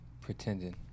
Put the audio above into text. pretending